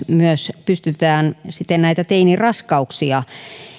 myös pystytään teiniraskauksia